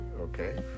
okay